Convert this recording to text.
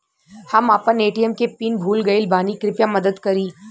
हम आपन ए.टी.एम के पीन भूल गइल बानी कृपया मदद करी